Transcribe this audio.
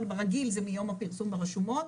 אבל ברגיל זה מיום הפרסום ברשומות,